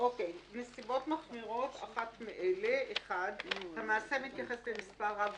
""נסיבות מחמירות" אחת מאלה: (1) המעשה מתייחס למספר רב